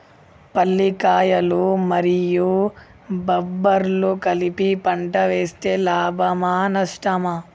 పల్లికాయలు మరియు బబ్బర్లు కలిపి పంట వేస్తే లాభమా? నష్టమా?